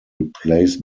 replaced